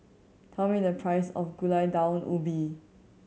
tell me the price of Gulai Daun Ubi